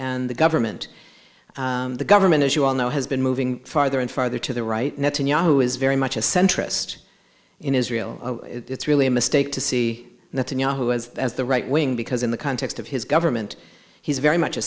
and the government the government as you all know has been moving farther and farther to the right netanyahu is very much a centrist in israel it's really a mistake to see netanyahu as as the right wing because in the context of his government he's very much a